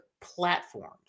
platforms